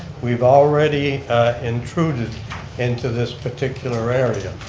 we've already intruded into this particular area.